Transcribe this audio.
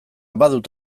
badut